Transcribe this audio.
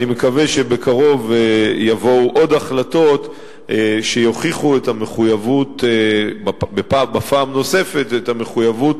אני מקווה שבקרוב יבואו עוד החלטות שיוכיחו פעם נוספת את המחויבות